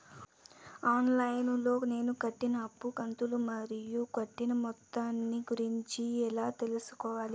On line లో నేను కట్టిన అప్పు కంతులు మరియు కట్టిన మొత్తం గురించి ఎలా తెలుసుకోవాలి?